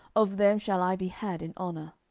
of them shall i be had in honour.